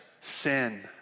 sin